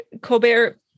Colbert